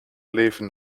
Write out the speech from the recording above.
leven